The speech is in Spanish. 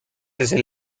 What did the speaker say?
desde